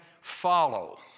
follow